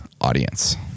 audience